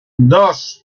dos